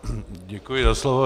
Děkuji za slovo.